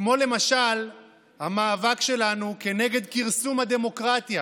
כמו למשל המאבק שלנו נגד כרסום הדמוקרטיה